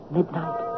Midnight